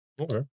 Okay